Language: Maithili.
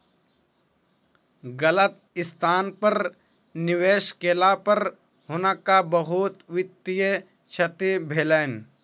गलत स्थान पर निवेश केला पर हुनका बहुत वित्तीय क्षति भेलैन